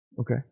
Okay